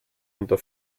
unter